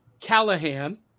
Callahan